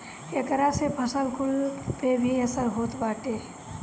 एकरा से फसल कुल पे भी असर होत बाटे